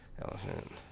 elephant